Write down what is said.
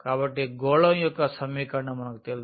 కాబట్టి గోళం యొక్క సమీకరణం మనకు తెలుసు